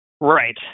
Right